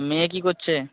মেয়ে কী করছে